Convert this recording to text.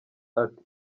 ati